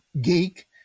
geek